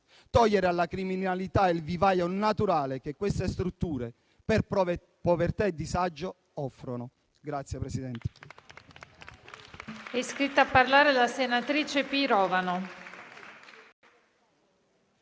togliere alla criminalità il vivaio naturale che queste strutture offrono, per povertà e disagio.